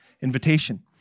invitation